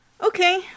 okay